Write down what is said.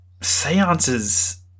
seances